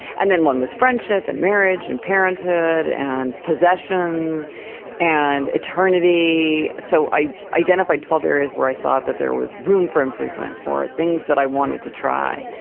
and then one was friendship and marriage and parenthood and possessions and eternity. so i identified twelve areas where i thought that there was room for improvement or things that i wanted to try.